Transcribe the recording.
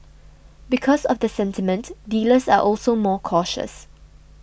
because of the sentiment dealers are also more cautious